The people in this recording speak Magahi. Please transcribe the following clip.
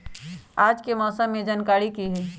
आज के मौसम के जानकारी कि हई?